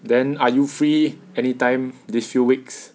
then are you free any time these few weeks